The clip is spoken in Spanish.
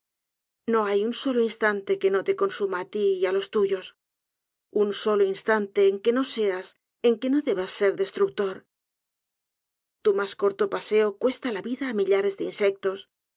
no hay un solo instante que no te consuma á ti y á los t u yos un solo instante en que no seas en que no debas ser destructor tu mas corto paseo cuesta la vida á millares de insectos